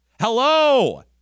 Hello